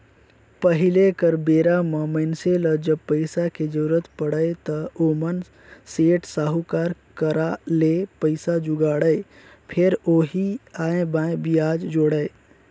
पहिली कर बेरा म मइनसे ल जब पइसा के जरुरत पड़य त ओमन सेठ, साहूकार करा ले पइसा जुगाड़य, फेर ओही आंए बांए बियाज जोड़य